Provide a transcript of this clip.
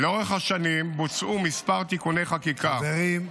לאורך השנים בוצעו מספר תיקוני חקיקה -- חברים,